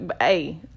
hey